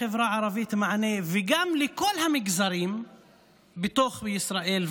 גם לחברה הערבית וגם לכל המגזרים בתוך ישראל.